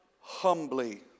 humbly